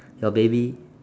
so baby